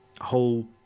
whole